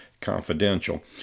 confidential